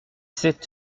sept